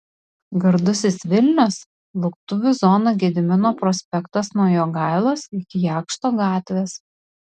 gardusis vilnius lauktuvių zona gedimino prospektas nuo jogailos iki jakšto gatvės